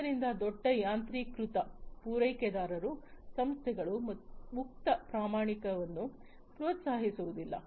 ಆದ್ದರಿಂದ ದೊಡ್ಡ ಯಾಂತ್ರೀಕೃತ ಪೂರೈಕೆದಾರರು ಸಂಸ್ಥೆಗಳು ಮುಕ್ತ ಪ್ರಮಾಣೀಕರಣವನ್ನು ಪ್ರೋತ್ಸಾಹಿಸುವುದಿಲ್ಲ